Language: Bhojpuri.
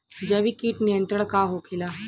जैविक कीट नियंत्रण का होखेला?